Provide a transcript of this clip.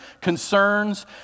concerns